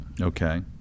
Okay